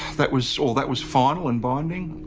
that was so that was final and binding.